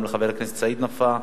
גם לחבר הכנסת סעיד נפאע,